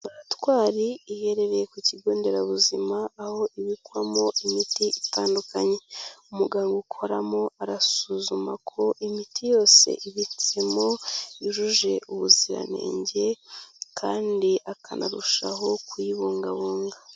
Laboratwari iherereye ku kigo nderabuzima, aho ibikwamo imiti itandukanye. Umugabo ukoramo arasuzuma ko imiti yose ibitsemo yujuje ubuziranenge, kandi akanarushaho kuyibungabunga.